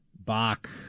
Bach